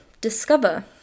discover